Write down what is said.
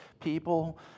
people